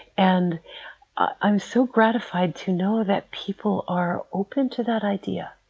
and i'm so gratified to know that people are open to that idea,